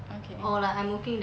okay